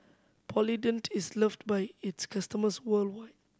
Polident is loved by its customers worldwide